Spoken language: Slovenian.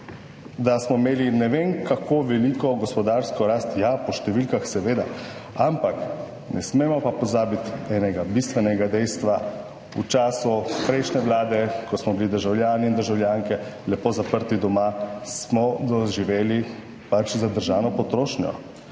da smo imeli ne vem kako veliko gospodarsko rast. Ja, po številkah seveda, ampak ne smemo pa pozabiti enega bistvenega dejstva. V času prejšnje Vlade, ko smo bili državljani in državljanke lepo zaprti doma, smo doživeli pač zadržano potrošnjo.